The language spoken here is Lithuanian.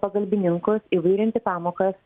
pagalbininkus įvairinti pamokas